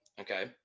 Okay